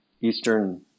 Eastern